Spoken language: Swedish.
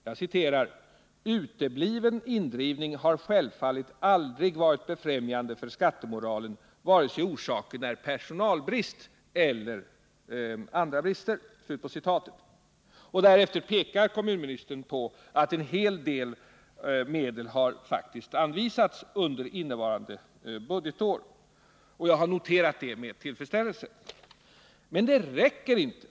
Statsrådet säger nämligen: ”Utebliven indrivning kan självfallet aldrig vara befrämjande för skattemoralen vare sig orsaken är personalbrist eller andra brister.” Därefter pekar kommunministern på att en hel del medel faktiskt har anvisats under innevarande budgetår. Jag har noterat det med Nr 41 tillfredsställelse — men det räcker inte.